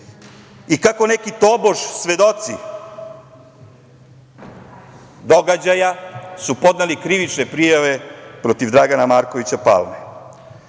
kako neki tobož svedoci događaja su podneli krivične prijave protiv Dragana Markovića Palme. Ono